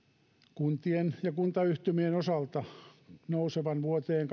kuntien ja kuntayhtymien osalta nousevan vuoteen